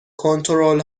کنترل